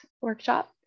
workshop